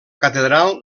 catedral